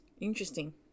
Interesting